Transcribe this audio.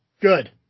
good